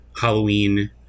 Halloween